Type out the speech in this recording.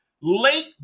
late